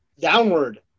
downward